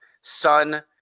son